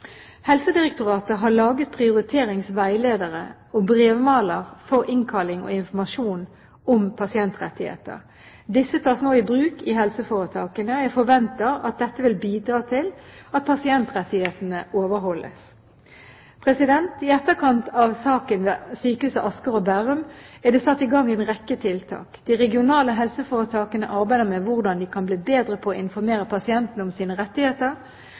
Helsedirektoratet har laget prioriteringsveiledere og brevmaler for innkalling og informasjon om pasientrettigheter. Disse tas nå i bruk i helseforetakene, og jeg forventer at dette vil bidra til at pasientrettighetene overholdes. I etterkant av saken ved Sykehuset Asker og Bærum er det satt i gang en rekke tiltak. De regionale helseforetakene arbeider med hvordan de kan bli bedre til å informere pasientene om deres rettigheter.